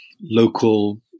local